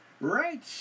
Right